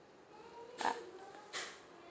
ah